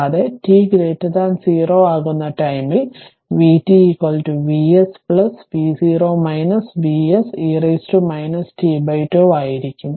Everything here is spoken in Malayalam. കൂടാതെt0 ആകുന്ന ടൈമിൽ vt Vs v0 Vs e tτ ആയിരിക്കും